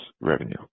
revenue